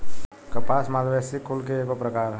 कपास मालवेसी कुल के एगो प्रकार ह